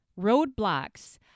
roadblocks